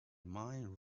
mind